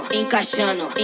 encaixando